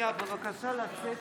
בעד